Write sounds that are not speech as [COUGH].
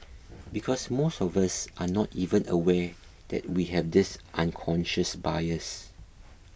[NOISE] because most of us are not even aware that we have this unconscious bias